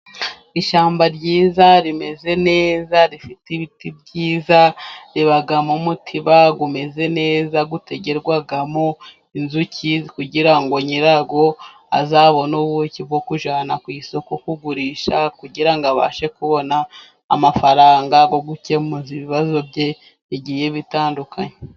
Ishyamba ryiza, rimeze neza, rifite ibiti byiza, riba mo umutiba umeze neza. Utegerwamo inzuki kugira ngo nyirawo azabone ubuki bwo kujyana ku isoko, kugurisha, kugirango abashe kubona amafaranga yo gukemura ibibazo bye bigiye bitandukanye.